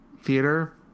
theater